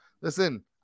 Listen